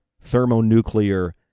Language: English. thermonuclear